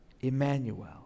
Emmanuel